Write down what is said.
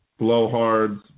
blowhards